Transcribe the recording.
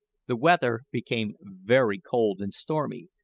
the weather became very cold and stormy,